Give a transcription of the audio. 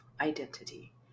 Identity